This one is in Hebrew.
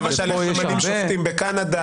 למשל איך ממנים שופטים בקנדה,